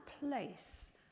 place